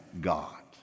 God